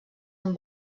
amb